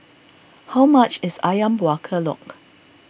how much is Ayam Buah Keluak